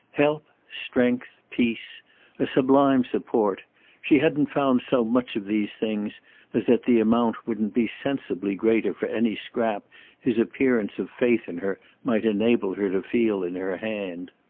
help, strength, peace, a sublime support she hadn't found so much of these things as that the amount wouldn't be sensibly greater for any scrap his appearance of faith in her might enable her to feel in her hand.